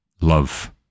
love